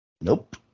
Nope